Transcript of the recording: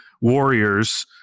Warriors